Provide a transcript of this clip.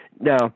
Now